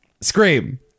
Scream